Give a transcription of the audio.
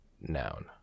noun